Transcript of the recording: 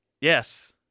Yes